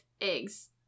eggs